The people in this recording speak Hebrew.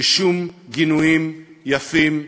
ששום גינויים יפים,